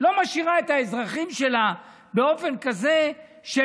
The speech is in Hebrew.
לא משאירה את האזרחים שלה באופן כזה של